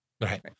Right